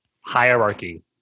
hierarchy